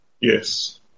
Yes